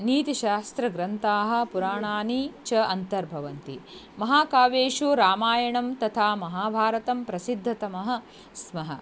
नीतिशास्त्रग्रन्थाः पुराणानि च अन्तर्भवन्ति महाकाव्येषु रामायणं तथा महाभारतं प्रसिद्धतमः स्मः